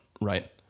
right